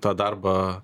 tą darbą